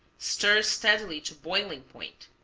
stir steadily to boiling point.